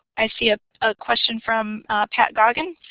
i see a question from pat gogin.